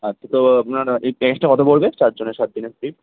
আর তো আপনার এই ক্যাশটা কত পড়বে চারজনের সাত দিনের ট্রিপ